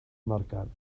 morgan